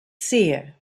sehe